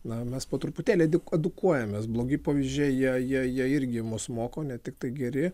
na mes po truputėlį edukuojamės blogi pavyzdžiai jie jie jie irgi mus moko ne tiktai geri